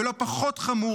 ולא פחות חמור,